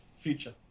future